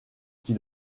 qui